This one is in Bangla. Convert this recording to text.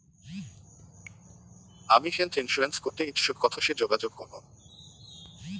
আমি হেলথ ইন্সুরেন্স করতে ইচ্ছুক কথসি যোগাযোগ করবো?